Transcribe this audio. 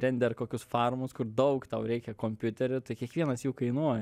render kokius farumus kur daug tau reikia kompiuterių tai kiekvienas jų kainuoja